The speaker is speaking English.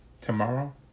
Tomorrow